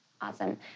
Awesome